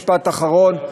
משפט אחרון,